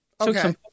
Okay